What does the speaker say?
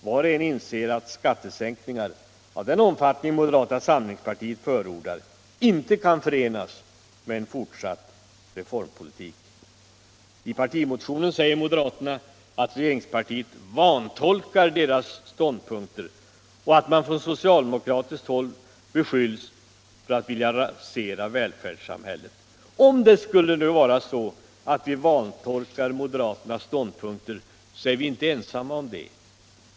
Var och en inser att skattesänkningar av den omfattning moderata samlingspartiet förordar inte kan förenas med fortsatt reformpolitik. I partimotionen säger moderaterna att regeringspartiet vantolkar deras ståndpunkter och att de av socialdemokraterna beskylls för att vilja rasera välfärdssamhället. Om det skulle vara så att vi vantolkar moderaternas ståndpunkter, så är vi inte ensamma om det.